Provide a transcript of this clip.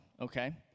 okay